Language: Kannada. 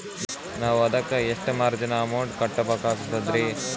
ನಾವು ಅದಕ್ಕ ಎಷ್ಟ ಮಾರ್ಜಿನ ಅಮೌಂಟ್ ಕಟ್ಟಬಕಾಗ್ತದ್ರಿ?